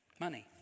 Money